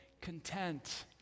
content